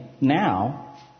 now